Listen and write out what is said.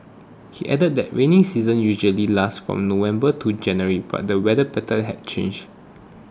he added that rainy season usually lasts from November to January but the weather patterns had changed